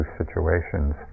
situations